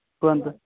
କୁହନ୍ତୁ